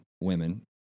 women